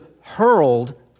hurled